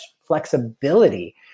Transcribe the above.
flexibility